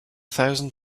thousand